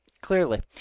Clearly